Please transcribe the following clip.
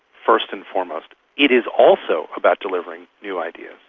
first and foremost. it is also about delivering new ideas,